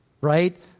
right